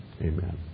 Amen